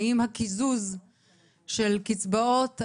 הקיזוז של קצבאות,